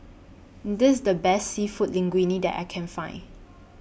This IS The Best Seafood Linguine that I Can Find